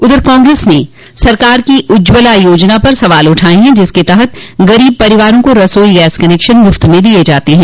उधर कांग्रेस ने सरकार की उज्ज्वला योजना पर सवाल उठाये हैं जिसके तहत गरीब परिवारों को रसोई गैस कनेक्शन मुफ्त दिये जाते हैं